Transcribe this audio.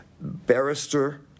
barrister